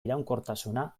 iraunkortasuna